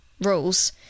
rules